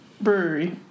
Brewery